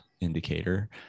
indicator